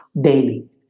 daily